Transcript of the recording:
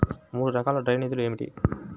మూడు రకాల డ్రైనేజీలు ఏమిటి?